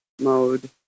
mode